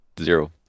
Zero